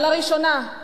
על הראשונה,